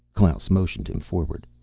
klaus motioned him forward.